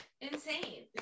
insane